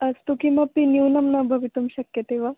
अस्तु किमपि न्यूनं न भवितुं शक्यते वा